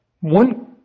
one